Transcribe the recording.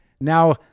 Now